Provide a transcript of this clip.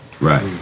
right